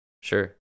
Sure